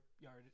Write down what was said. yard